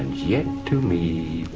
yet, to me,